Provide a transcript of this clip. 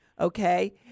okay